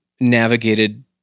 navigated